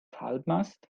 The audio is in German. halbmast